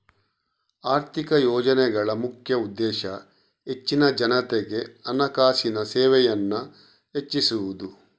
ಆರ್ಥಿಕ ಯೋಜನೆಗಳ ಮುಖ್ಯ ಉದ್ದೇಶ ಹೆಚ್ಚಿನ ಜನತೆಗೆ ಹಣಕಾಸಿನ ಸೇವೆಯನ್ನ ಹೆಚ್ಚಿಸುದು